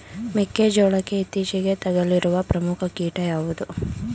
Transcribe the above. ಮೆಕ್ಕೆ ಜೋಳಕ್ಕೆ ಇತ್ತೀಚೆಗೆ ತಗುಲಿರುವ ಪ್ರಮುಖ ಕೀಟ ಯಾವುದು?